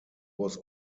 was